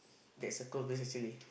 that is a Converse actually